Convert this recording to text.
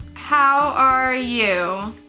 how are you?